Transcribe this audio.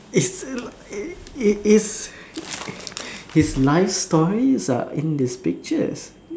it's it is his life stories are in these pictures